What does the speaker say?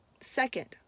Second